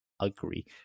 agree